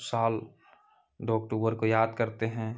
साल दो अक्टूबर को याद करते हैं